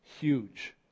huge